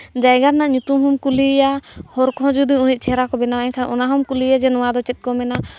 ᱡᱟᱭᱜᱟ ᱨᱮᱱᱟᱜ ᱧᱩᱛᱩᱢ ᱦᱚᱸᱢ ᱠᱩᱞᱤᱭᱮᱭᱟ ᱦᱚᱨ ᱠᱚᱦᱚᱸ ᱡᱩᱫᱤ ᱩᱱᱟᱹᱜ ᱪᱮᱦᱨᱟ ᱠᱚ ᱵᱮᱱᱟᱣ ᱠᱷᱟᱡ ᱚᱱᱟ ᱦᱚᱸᱢ ᱠᱩᱞᱤᱭᱮᱭᱟ ᱡᱮ ᱱᱚᱣᱟ ᱫᱚ ᱪᱮᱫ ᱠᱚ ᱢᱮᱱᱟ